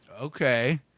Okay